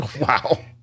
Wow